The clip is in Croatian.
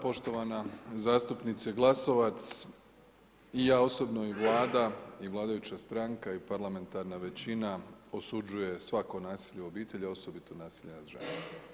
Poštovana zastupnice Glasovac, i ja osobno i Vlada i vladajuća stranka i parlamentarna većina osuđuje svako nasilje u obitelji a osobito nasilje nad ženama.